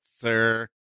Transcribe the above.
sir